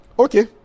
Okay